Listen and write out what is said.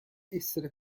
essere